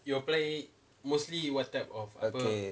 okay